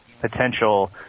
potential